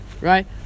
Right